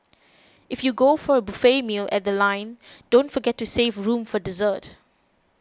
if you go for a buffet meal at The Line don't forget to save room for dessert